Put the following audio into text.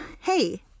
hey